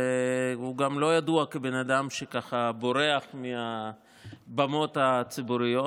והוא גם לא ידוע כבן אדם שככה בורח מהבמות הציבוריות.